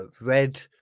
red